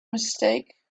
mistake